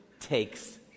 takes